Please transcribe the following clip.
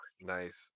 Nice